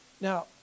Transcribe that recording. Now